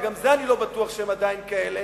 וגם זה אני לא בטוח שהם עדיין כאלה,